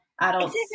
adults